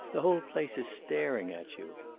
the whole place is staring at you.